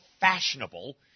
fashionable